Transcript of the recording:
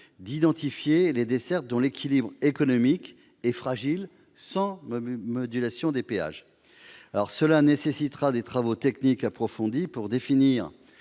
d'identifier les dessertes dont l'équilibre économique est fragile sans modulation des péages. Des travaux techniques approfondis seraient